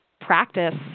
practice